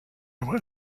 were